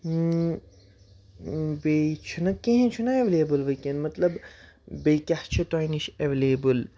بیٚیہِ چھُنہٕ کِہیںی چھُنہ ایویلیبٕل وٕنکین مطلب بیٚیہِ کیاہ چھُ تۄہہِ نِش ایویلیبٕل